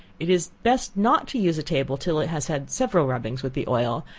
it is best not to use a table till it has had several rubbings with the oil,